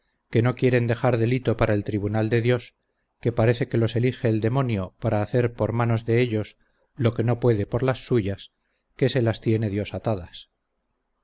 que no quieren dejar delito para el tribunal de dios que parece que los elige el demonio para hacer por manos de ellos lo que no puede por las suyas que se las tiene dios atadas